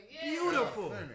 beautiful